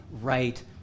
right